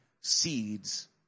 seeds